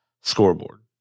scoreboard